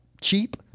cheap